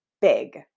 big